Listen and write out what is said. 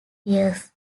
years